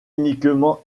uniquement